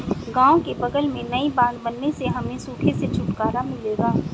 गांव के बगल में नई बांध बनने से हमें सूखे से छुटकारा मिलेगा